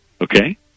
okay